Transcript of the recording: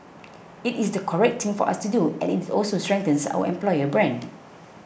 it is the correct thing for us to do and its also strengthens our employer brand